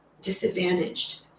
disadvantaged